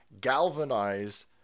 Galvanize